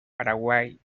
paraguay